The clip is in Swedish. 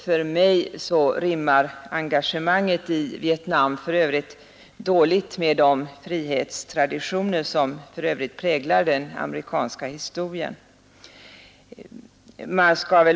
För mig rimmar engagemanget i Vietnam dåligt med de frihetstraditioner som för övrigt präglar den amerikanska historien.